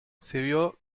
sirvió